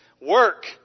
work